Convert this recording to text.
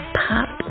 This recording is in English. pop